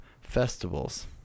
festivals